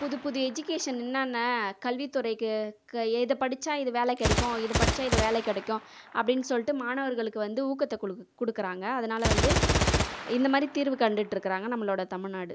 புதுப்புது எஜுகேஷன் என்னென்ன கல்வித்துறைக்கு இதை படித்தா இந்த வேலை கிடைக்கும் இதை படித்தா இந்த வேலை கிடைக்கும் அப்படின்னு சொல்லிவிட்டு மாணவர்களுக்கு வந்து ஊக்கத்தை கொடுக்குறாங்க அதனால் வந்து இந்த மாதிரி தீர்வு கண்டுட்டு இருக்கிறாங்க நம்மளோடய தமிழ்நாடு